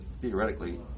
Theoretically